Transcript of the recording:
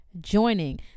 joining